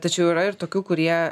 tačiau yra ir tokių kurie